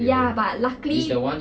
ya but luckily